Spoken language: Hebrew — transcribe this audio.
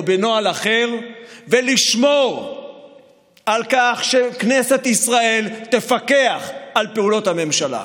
בנוהל אחר ולשמור על כך שכנסת ישראל תפקח על פעולות הממשלה?